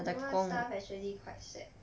then one staff actually quite sad